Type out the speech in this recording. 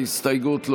ההסתייגות לא